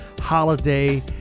holiday